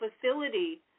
facility